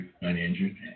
uninjured